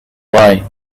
right